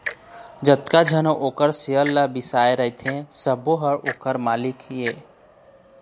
जतका झन ओखर सेयर ल बिसाए रहिथे सबो ह ओखर मालिक ये